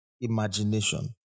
imagination